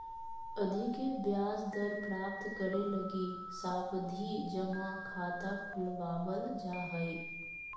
अधिक ब्याज दर प्राप्त करे लगी सावधि जमा खाता खुलवावल जा हय